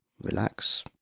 relax